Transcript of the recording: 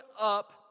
up